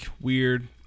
weird